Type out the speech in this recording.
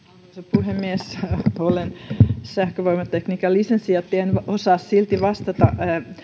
puhemies olen sähkövoimatekniikan lisensiaatti ja en osaa silti vastata